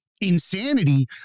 insanity